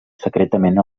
secretament